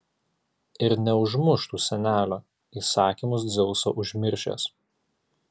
ir neužmuštų senelio įsakymus dzeuso užmiršęs